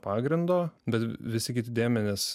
pagrindo bet visi kiti dėmenys